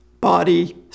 body